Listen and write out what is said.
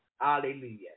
hallelujah